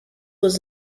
was